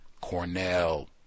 Cornell